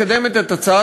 על